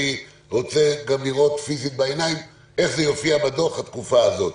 אני רוצה גם לראות פיזית בעיניים איך זה יופיע בדוח התקופה הזאת.